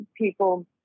people